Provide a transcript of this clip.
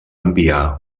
enviar